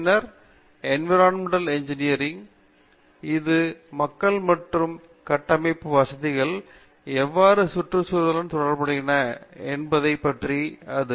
பின்னர் environmental engineering இது மக்கள் மற்றும் கட்டட வசதிகள் எவ்வாறு சுற்றுச்சூழலுடன் தொடர்பு கொண்டு செயல்படுகின்றன என்பதைப் பற்றியது